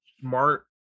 smart